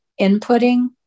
inputting